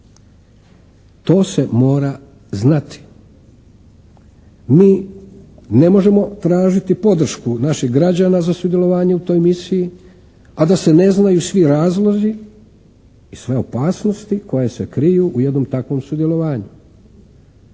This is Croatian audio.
To se mora znati. Mi ne možemo tražiti podršku naših građana za sudjelovanje u našoj misiji, a da se ne znaju svi razlozi i sve opasnosti koje se kriju u jednom takvom sudjelovanju.